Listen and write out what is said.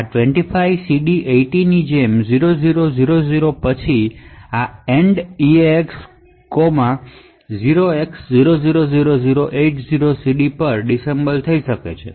આ 25 CD 80 આ ને પછી 00 00 ને AND eax comma 0x000080 CD માં ડિસએસેમ્બલ કરી શકાય છે